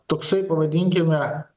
toksai pavadinkime